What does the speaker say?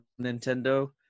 Nintendo